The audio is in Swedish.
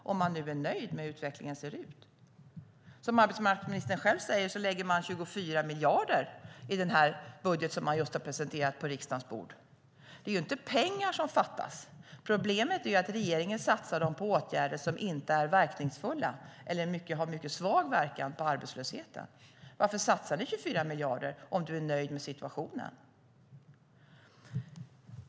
Som arbetsmarknadsministern själv säger lägger man 24 miljarder på detta i den budget som man just har presenterat på riksdagens bord. Det är ju inte pengar som fattas. Problemet är att regeringen satsar dem på åtgärder som inte är verkningsfulla eller har mycket svag verkan på arbetslösheten. Varför satsar ni 24 miljarder om du är nöjd med situationen?